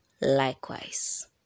likewise